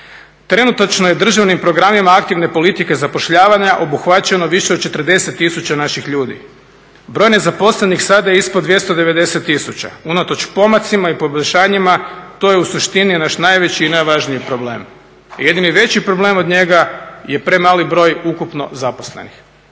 Trenutačno je državnim programima aktivne politike zapošljavanja obuhvaćeno više od 40 tisuća naših ljudi. Broj nezaposlenih sada je ispod 290 tisuća. Unatoč pomacima i poboljšanjima to je u suštini naš najveći i najvažniji problem. Jedini veći problem od njega je premali broj ukupno zaposlenih.